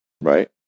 right